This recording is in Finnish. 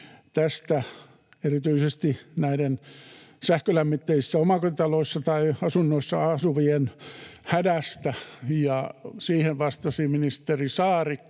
vuonna erityisesti näiden sähkölämmitteisissä omakotitaloissa tai asunnoissa asuvien hädästä. Siihen vastasi ministeri Saarikko,